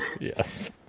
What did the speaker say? Yes